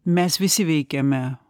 mes visi veikiame